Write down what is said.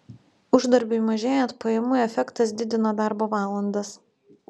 uždarbiui mažėjant pajamų efektas didina darbo valandas